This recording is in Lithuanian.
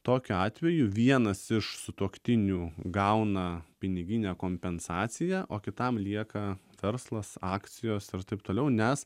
tokiu atveju vienas iš sutuoktinių gauna piniginę kompensaciją o kitam lieka verslas akcijos ir taip toliau nes